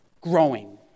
growing